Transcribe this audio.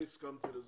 אני הסכמתי לזה.